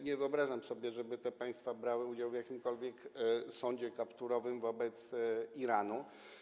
Nie wyobrażam sobie, żeby te państwa brały udział w jakimkolwiek sądzie kapturowym wobec Iranu.